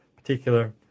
particular